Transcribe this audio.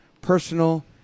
personal